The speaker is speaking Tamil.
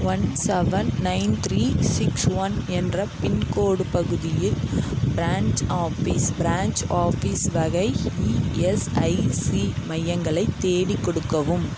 one seven nine three six one என்ற பின்கோடு பகுதியில் பிரான்ச் ஆஃபீஸ் பிரான்ச் ஆஃபீஸ் வகை இஎஸ்ஐசி மையங்களைத் தேடிக் கொடுக்கவும்